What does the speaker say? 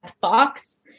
fox